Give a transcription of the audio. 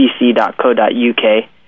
bbc.co.uk